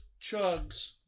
Chugs